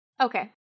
Okay